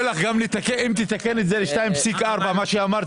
אם תתקן את זה למרווח שהיא אמרה